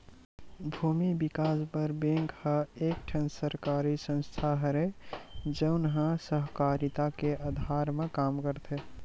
भूमि बिकास बर बेंक ह एक ठन सरकारी संस्था हरय, जउन ह सहकारिता के अधार म काम करथे